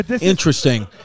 Interesting